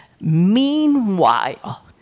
meanwhile